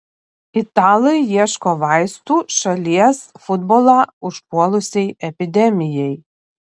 italai ieško vaistų šalies futbolą užpuolusiai epidemijai